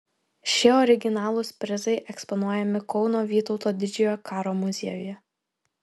šie originalūs prizai eksponuojami kauno vytauto didžiojo karo muziejuje